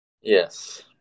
Yes